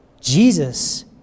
Jesus